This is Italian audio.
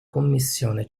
commissione